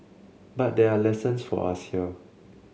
but there are lessons for us here